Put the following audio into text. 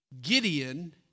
Gideon